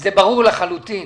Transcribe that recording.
זה ברור לחלוטין,